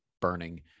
burning